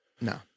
no